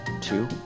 Two